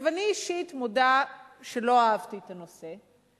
אני אישית מודה שלא אהבתי את הנושא.